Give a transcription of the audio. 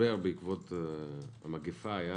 המשבר בעקבות המגיפה היה